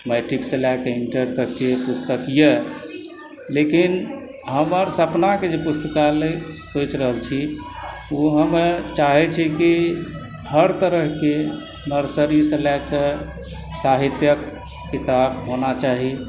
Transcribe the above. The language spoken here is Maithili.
मैट्रिकसँ लै कऽ इण्टर तकके पुस्तक यऽ लेकिन हमर सपनाके जे पुस्तकालय सोचि रहल छी ओ हमे चाहै छी कि हर तरहकेँ नर्सरीसँ लए कऽ साहित्यके किताब होना चाही